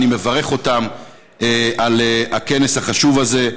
אני מברך אותם על הכנס החשוב הזה.